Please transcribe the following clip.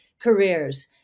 careers